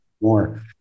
more